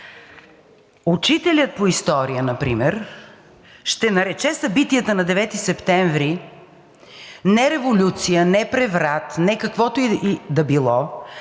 Учителят по история например ще нарече събитията на 9 септември не революция, не преврат, не каквото и да било,